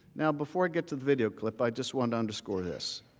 now before i get to the video clip, i just want to underscore this.